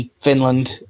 Finland